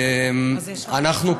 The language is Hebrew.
אנחנו,